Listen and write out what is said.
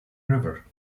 river